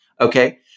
Okay